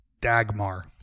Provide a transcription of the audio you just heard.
Dagmar